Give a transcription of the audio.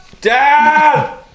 Dad